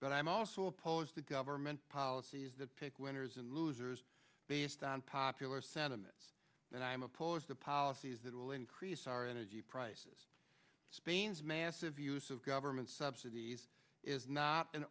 but i'm also opposed to government policies that pick winners and losers based on popular sentiment and i am opposed to policies that will increase our energy prices spain's massive use of government subsidies is not an